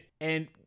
And-